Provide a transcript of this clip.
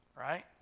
Right